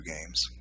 games